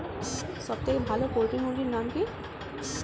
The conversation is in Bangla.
সবথেকে ভালো পোল্ট্রি মুরগির নাম কি?